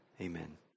Amen